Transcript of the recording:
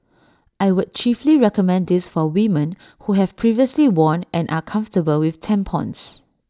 I would chiefly recommend this for women who have previously worn and are comfortable with tampons